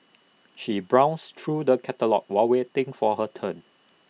she browsed through the catalogues while waiting for her turn